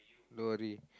don't worry